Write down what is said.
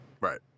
right